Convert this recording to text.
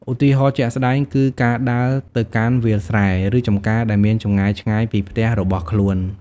ឧទាហរណ៍ជាក់ស្តែងគឺការដើរទៅកាន់វាលស្រែ ឬចំការដែលមានចម្ងាយឆ្ងាយពីផ្ទះរបស់ខ្លួន។